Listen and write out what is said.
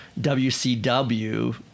WCW